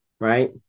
right